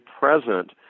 present